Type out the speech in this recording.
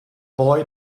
boy